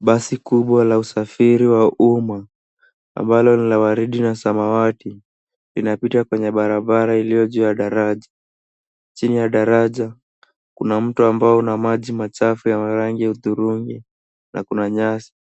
Basi kubwa la usafiri wa umma wa rangi la waridi na samawati inapita kwa daraja, chini ya daraja kuna mto wa maji machafu ambao ni wa rangi ya dhurungi na kuna nyasi,